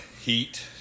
heat